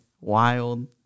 wild